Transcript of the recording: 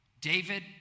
David